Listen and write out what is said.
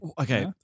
Okay